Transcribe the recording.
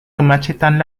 kemacetan